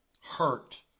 hurt